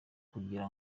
kugira